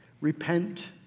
repent